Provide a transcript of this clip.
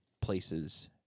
places